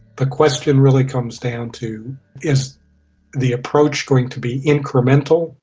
the question really comes down to is the approach going to be incremental,